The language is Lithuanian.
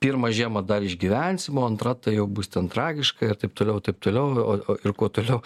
pirmą žiemą dar išgyvensim o antra tai jau bus ten tragiška ir taip toliau taip toliau o ir kuo toliau